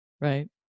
Right